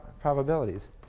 probabilities